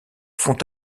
font